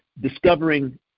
discovering